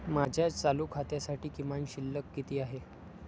माझ्या चालू खात्यासाठी किमान शिल्लक किती आहे?